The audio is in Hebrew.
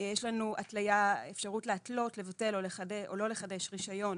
יש לנו אפשרות להתלות, לבטל או לא לחדש רישיון